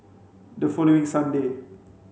the following Sunday